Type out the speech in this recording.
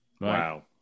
Wow